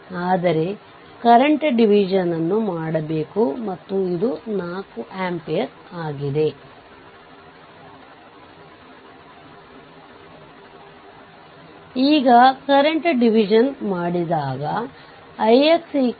ಆದ್ದರಿಂದ ಅದರ equivalent RThevenin 2x6262